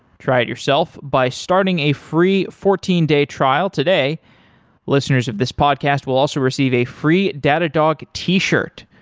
try it yourself by starting a free fourteen day trial today listeners of this podcast will also receive a free datadog t-shirt.